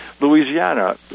Louisiana